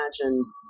imagine